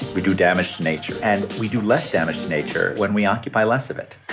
we do damage to nature, and we do less damage to nature when we occupy less of it.